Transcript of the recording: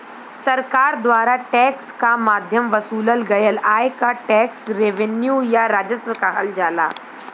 सरकार द्वारा टैक्स क माध्यम वसूलल गयल आय क टैक्स रेवेन्यू या राजस्व कहल जाला